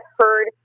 heard